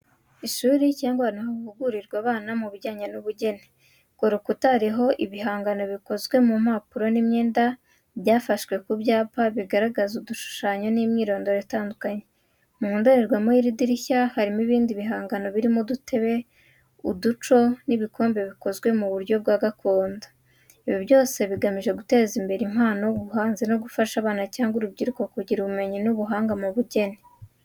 Ishuri cyangwa ahantu hahugurirwa abana mu bijyanye n’ubugeni. Ku rukuta hariho ibihangano bikozwe mu mpapuro n’imyenda byafashwe ku byapa, bigaragaza udushushanyo n’imyirondoro itandukanye. Mu ndorerwamo y’idirishya, harimo ibindi bihangano birimo udutebe, uduco n’ibikombe bikozwe mu buryo bwa gakondo. Ibi byose bigamije guteza imbere impano, ubuhanzi no gufasha abana cyangwa urubyiruko kugira ubumenyi n’ubuhanga mu bugeni.